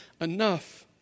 enough